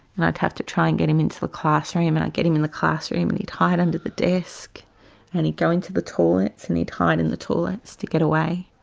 i'd have to try and get him into the classroom and i'd get him in the classroom and he'd hide under the desk and he'd go into the toilets and he'd hide in the toilets to get away.